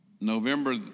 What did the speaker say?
November